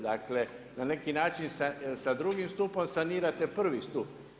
Dakle, na neki način sa drugim stupom sanirate prvi stup.